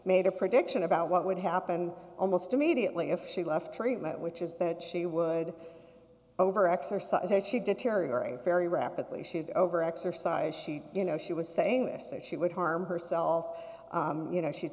made a prediction about what would happen almost immediately if she left treatment which is that she would over exercise as she did terrier a very rapidly she would over exercise she you know she was saying this that she would harm herself you know she'd